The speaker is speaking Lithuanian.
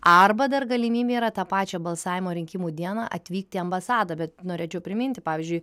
arba dar galimybė yra tą pačią balsavimo rinkimų dieną atvykti į ambasadą bet norėčiau priminti pavyzdžiui